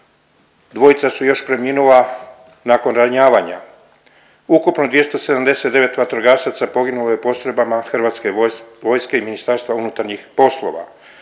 Dvojica su još preminula nakon ranjavanja. Ukupno 279 vatrogasaca poginulo je u postrojbama Hrvatske vojske i Ministarstva unutarnjih poslova.